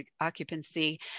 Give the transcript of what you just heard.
occupancy